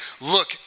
look